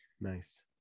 nice